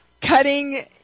cutting